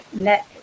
net